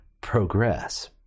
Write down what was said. progress